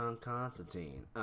Constantine